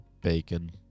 Bacon